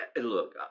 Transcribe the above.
Look